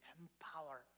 empower